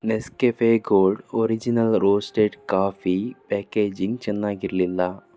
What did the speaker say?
Nescafe gold original roasted coffee packaging ಚೆನ್ನಾಗಿರಲಿಲ್ಲ